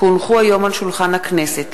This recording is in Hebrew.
כי הונחו היום על שולחן הכנסת,